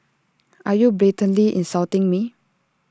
are you blatantly insulting me